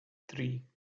three